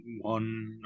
one